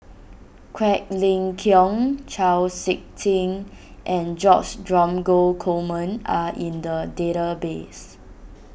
Quek Ling Kiong Chau Sik Ting and George Dromgold Coleman are in the database